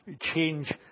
change